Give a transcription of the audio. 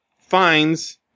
finds